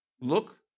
Look